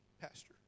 pastor